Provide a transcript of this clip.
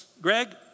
Greg